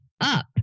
up